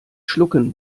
schlucken